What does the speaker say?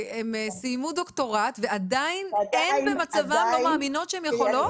שהן סיימו דוקטורט ועדיין הן במצבן לא מאמינות שהן יכולות?